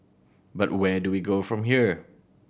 but where do we go from here